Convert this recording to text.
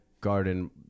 garden